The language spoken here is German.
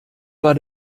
war